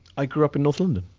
i grew up in north london.